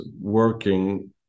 working